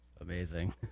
Amazing